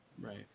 Right